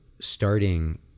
starting